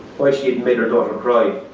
why she had made her daughter cry.